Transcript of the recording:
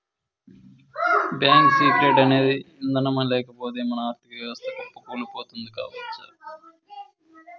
bank secrecy అనే ఇదానం లేకపోతె మన ఆర్ధిక వ్యవస్థ కుప్పకూలిపోతుంది కావచ్చు